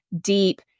deep